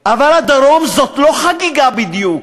אבל הדרום זאת לא חגיגה בדיוק,